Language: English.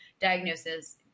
diagnosis